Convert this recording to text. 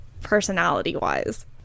personality-wise